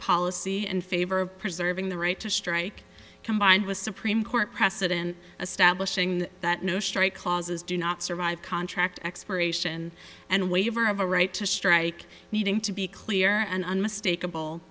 policy and favor of preserving the right to strike combined with supreme court precedent establishing that no strike clauses do not survive contract expiration and waiver of a right to strike needing to be clear and unmistak